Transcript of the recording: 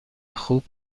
خوب